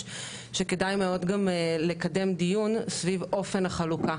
שכדאי מאוד גם לקדם דיון סביב אופן החלוקה.